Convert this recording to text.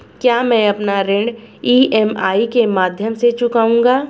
क्या मैं अपना ऋण ई.एम.आई के माध्यम से चुकाऊंगा?